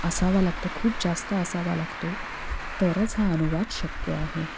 असावा लागतो खूप जास्त असावा लागतो तरच हा अनुवाद शक्य आहे